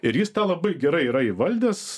ir jis tą labai gerai yra įvaldęs